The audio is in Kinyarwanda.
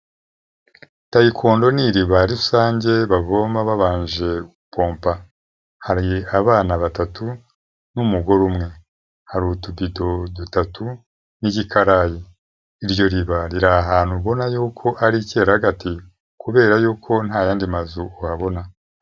Tayikondo ni iriba rusange bavoma babanje gupompa. Hari abana batatu n'umugore umwe. Hari utubido dutatu n'igikarayi. Iryo riba riri ahantu ubona yuko hari icyeragati kubera yuko nta yandi mazu wabona.